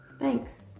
Thanks